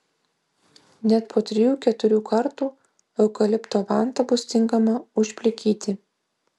net po trijų keturių kartų eukalipto vanta bus tinkama užplikyti